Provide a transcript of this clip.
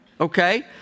okay